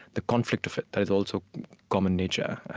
the conflict of it that is also common nature.